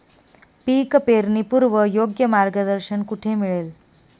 पीक पेरणीपूर्व योग्य मार्गदर्शन कुठे मिळेल?